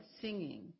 singing